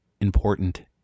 important